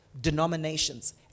Denominations